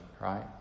right